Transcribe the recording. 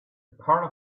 part